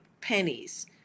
pennies